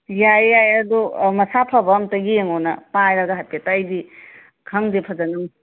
ꯌꯥꯏꯌꯦ ꯌꯥꯏꯌꯦ ꯑꯗꯣ ꯃꯁꯥ ꯐꯕ ꯑꯝꯇ ꯌꯦꯡꯉꯣ ꯅꯪ ꯄꯥꯏꯔꯒ ꯍꯥꯏꯐꯦꯠꯇ ꯑꯩꯗꯤ ꯈꯪꯗꯦ ꯐꯖꯅ